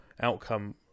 outcome